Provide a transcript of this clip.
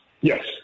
Yes